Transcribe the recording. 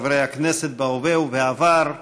חברי הכנסת בהווה ובעבר,